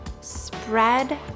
Spread